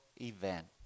event